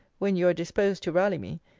when you are disposed to rally me,